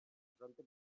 prompte